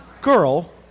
girl